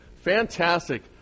Fantastic